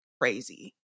crazy